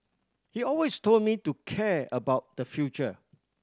he always told me to care about the future